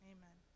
Amen